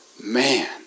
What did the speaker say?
man